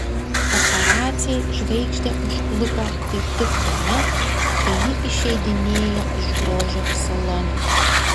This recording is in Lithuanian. paparaciai žvaigždę užklupo kaip tik tuomet kai ji išeidinėjo iš grožio salono